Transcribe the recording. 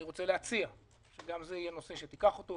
אני מציע שזה נושא שתיקח אותו,